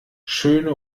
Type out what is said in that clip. schöne